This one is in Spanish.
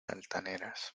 altaneras